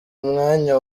mwanya